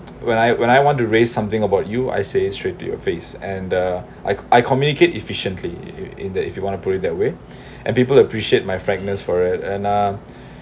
when I when I want to raise something about you I say straight to your face and uh I I communicate efficiently in that if you want to put it that way and people appreciate my frankness for it and um